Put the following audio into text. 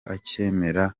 akemera